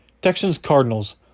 Texans-Cardinals